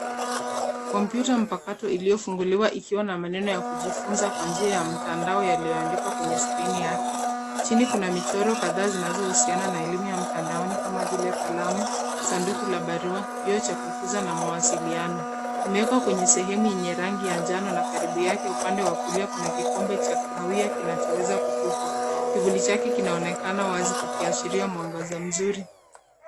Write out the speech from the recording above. Kompyuta mpakato iliyofunguliwa ikiwa na maneno ya kujifunza kwa njia ya mtandao yaliyoandikwa kwenye skrini yake, chini kuna michoro kadhaa zinazohusiana na elimu ya mtandaoni kama vile kalamu, sanduku la barua, kioo cha kuguza na mawasiliano. Imewekwa kwenye sehemu yenye rangi ya njano na karibu yake upande wa kulia kuna kikombe cha kahawia kinachoweza kutupwa kivuli chake kinaonekana wazi kikiashiria mwangaza mzuri.